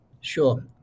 Sure